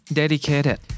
dedicated